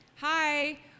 Hi